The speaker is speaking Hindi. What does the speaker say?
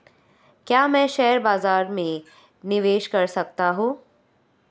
क्या मैं शेयर बाज़ार में निवेश कर सकता हूँ?